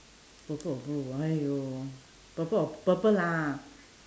purple or blue !aiyo! purple or purple lah